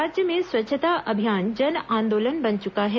राज्य में स्वच्छता अभियान जन आंदोलन बन चुका है